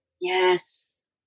Yes